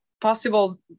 possible